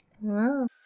Wow